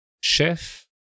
chef